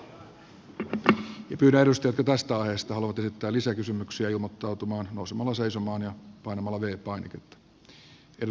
pyydän edustajia jotka tästä aiheesta haluavat esittää lisäkysymyksiä ilmoittautumaan nousemalla seisomaan ja painamalla v painiketta